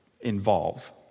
involve